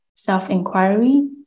self-inquiry